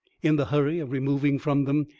in the hurry of removing from them,